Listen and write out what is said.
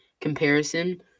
comparison